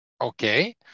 Okay